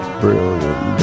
brilliant